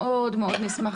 מאוד נשמח